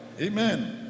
Amen